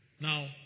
now